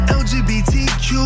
lgbtq